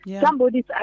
Somebody's